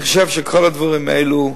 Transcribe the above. אני חושב שכל הדברים האלו,